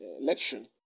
election